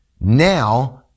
now